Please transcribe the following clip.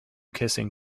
kissing